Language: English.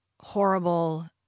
horrible